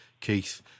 Keith